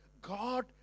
God